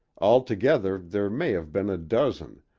altogether there may have been a dozen,